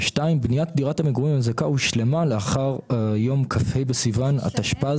בניית דירת המגורים המזכה הושלמה לאחר יום כ"ה בסיון התשפ"ז